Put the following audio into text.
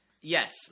Yes